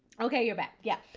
okay. you're back. yeah.